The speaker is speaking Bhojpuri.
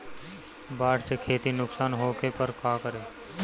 बाढ़ से खेती नुकसान होखे पर का करे?